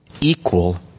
Equal